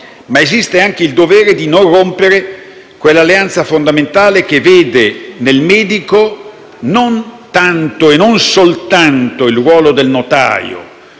ma esiste anche il dovere di non rompere quell'alleanza fondamentale che vede nel medico non tanto e non soltanto colui